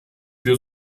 wir